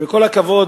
ובכל הכבוד,